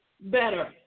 better